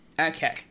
Okay